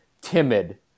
timid